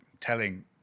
telling